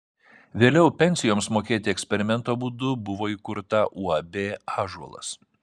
vėliau pensijoms mokėti eksperimento būdu buvo įkurta uab ąžuolas